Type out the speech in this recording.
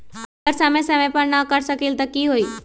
अगर समय समय पर न कर सकील त कि हुई?